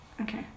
Okay